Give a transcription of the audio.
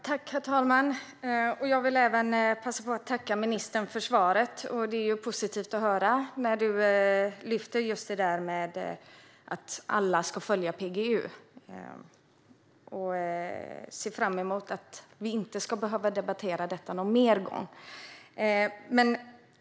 Herr talman! Jag vill passa på att tacka ministern för svaret. Det är positivt att höra att du lyfter just detta med att alla ska följa PGU. Jag ser fram emot att vi inte ska behöva debattera detta någon mer gång.